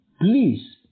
Please